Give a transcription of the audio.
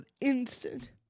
instant